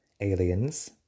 Aliens